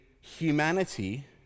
humanity